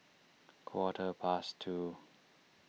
quarter past two